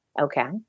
Okay